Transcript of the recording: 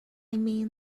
mean